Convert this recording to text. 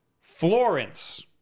Florence